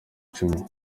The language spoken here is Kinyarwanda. icumi